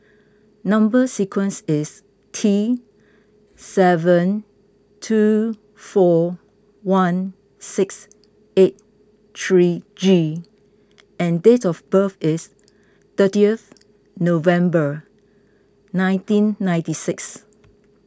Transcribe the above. Number Sequence is T seven two four one six eight three G and date of birth is thirtieth November nineteen ninety six